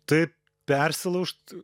tai persilaužt